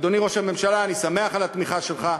אדוני ראש הממשלה, אני שמח על התמיכה שלך,